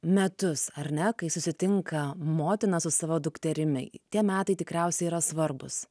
metus ar ne kai susitinka motina su savo dukterimi tie metai tikriausiai yra svarbūs